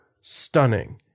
stunning